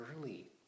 early